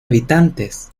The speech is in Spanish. habitantes